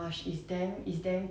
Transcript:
maybe I'll watch it